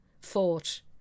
fought